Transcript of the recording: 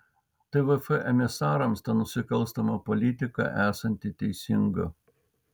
tvf emisarams ta nusikalstama politika esanti teisinga